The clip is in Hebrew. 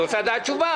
אני רוצה לדעת תשובה.